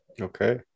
Okay